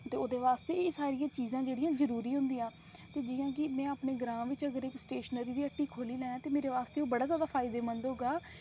ते ओह्दे आस्तै एह् सारियां चीज़ां जेह्ड़ियां जरूरी होंदियां जियां कि अगर में अपने ग्रांऽ बिच स्टेशनरी दी हट्टी खोह्ल्ली लैं ते मेरे आस्तै ओह् बड़ा फायदेमंद होगा